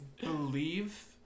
believe